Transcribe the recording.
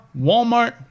Walmart